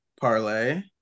parlay